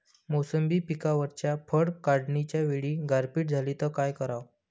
मोसंबी पिकावरच्या फळं काढनीच्या वेळी गारपीट झाली त काय कराव?